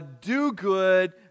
do-good